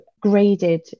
graded